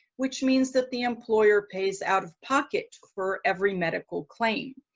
which means that the employer pays out-of-pocket for every medical claim.